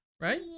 Right